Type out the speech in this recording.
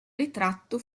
ritratto